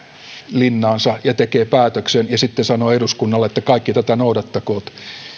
linnaansa ja tekee päätöksen ja sitten sanoo eduskunnalle että kaikki tätä noudattakoot